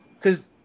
Cause